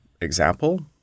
example